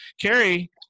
Carrie